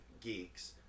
geeks